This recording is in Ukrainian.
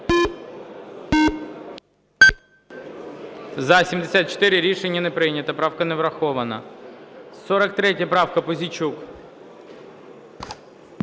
За-74 Рішення не прийнято. Правка не врахована. 43 правка, Пузійчук.